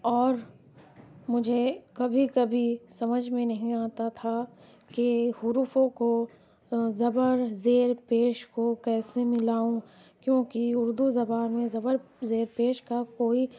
اور مجھے کبھی کبھی سمجھ میں نہیں آتا تھا کہ حروفوں کو زبر زیر پیش کو کیسے ملاؤں کیونکہ اردو زبان میں زبر زیر پیش کا کوئی